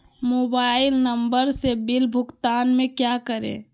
Mobile number से bill भुगतान में क्या करें?